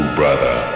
brother